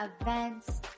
events